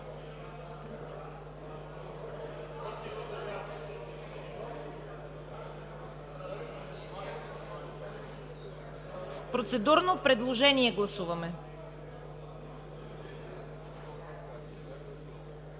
процедурно предложение. Гласуват